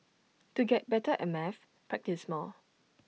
to get better at maths practise more